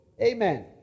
amen